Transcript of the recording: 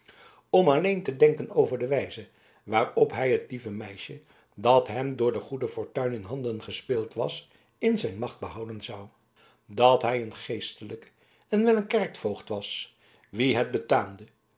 om alleen te denken over de wijze waarop hij het lieve meisje dat hem door de goede fortuin in handen gespeeld was in zijn macht behouden zou dat hij een geestelijke en wel een kerkvoogd was wien het betaamde